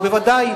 ובוודאי,